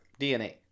DNA